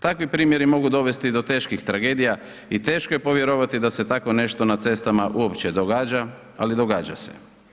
Takvi primjeri mogu dovesti i do teških tragedija i teško je povjerovati da se tako nešto na cestama uopće događa ali događa se.